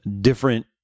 different